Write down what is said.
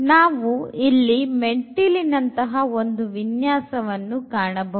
ನಾವು ಇಲ್ಲಿ ಮೆಟ್ಟಿಲಿನಂತಹ ಒಂದು ವಿನ್ಯಾಸವನ್ನು ಕಾಣಬಹುದು